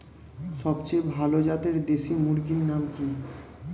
সবচেয়ে ভালো জাতের দেশি মুরগির নাম কি?